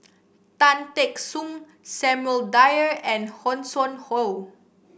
Tan Teck Soon Samuel Dyer and Hanson Ho